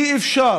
אי-אפשר